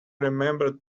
remember